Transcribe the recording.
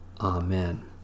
Amen